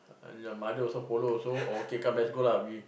and the mother also follow also okay come let's go lah we